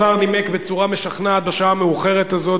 השר נימק בצורה משכנעת בשעה המאוחרת הזאת,